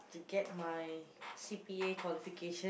to get my C_P_A qualification